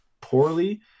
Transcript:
poorly